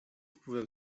wpływem